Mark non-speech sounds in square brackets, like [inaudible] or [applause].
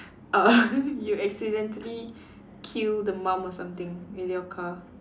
uh [laughs] you accidentally kill the mum or something with your car